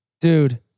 Dude